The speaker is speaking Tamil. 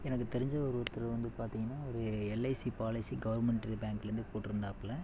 எனக்கு தெரிஞ்சவர் ஒருத்தர் வந்து பார்த்திங்கன்னா ஒரு எல்ஐசி பாலிசி கவெர்மெண்ட் பேங்க்லேருந்து போட்டிருந்தாப்புல